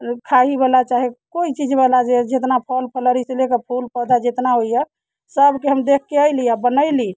खाइ हीवला चाहे कोइ चीजवला जे जेतना फल फलहरीसँ लऽ कऽ फूल पौधा जेतना होइए सभके हम देखि कऽ अयली आ बनयली